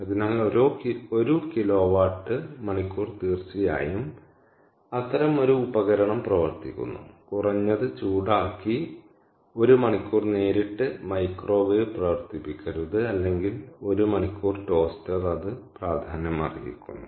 അതിനാൽ ഒരു കിലോവാട്ട് മണിക്കൂർ തീർച്ചയായും അത്തരം ഒരു ഉപകരണം പ്രവർത്തിക്കുന്നു കുറഞ്ഞത് ചൂടാക്കി 1 മണിക്കൂർ നേരിട്ട് മൈക്രോവേവ് പ്രവർത്തിപ്പിക്കരുത് അല്ലെങ്കിൽ 1 മണിക്കൂർ ടോസ്റ്റർ അത് പ്രാധാന്യമർഹിക്കുന്നു